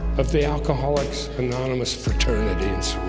of the alcoholics anonymous fraternities